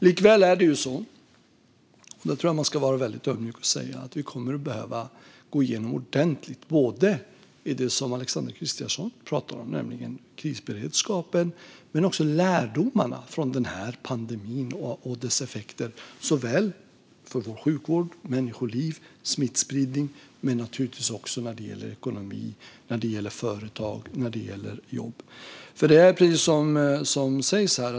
Likväl är det så - och det tror jag att man ska vara väldigt ödmjuk med att säga - att vi kommer att på ett ordentligt sätt behöva gå igenom det som Alexander Christiansson talar om, nämligen krisberedskapen, men även lärdomarna från pandemin och dess effekter för sjukvård, människoliv och smittspridning och naturligtvis också ekonomi, företag och jobb. Det är precis som sägs här.